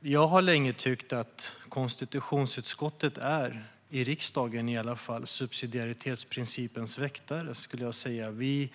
Jag har länge tyckt att konstitutionsutskottet är, i riksdagen i alla fall, subsidiaritetsprincipens väktare. Vi